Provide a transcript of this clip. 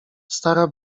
stara